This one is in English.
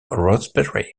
rosebery